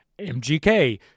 MGK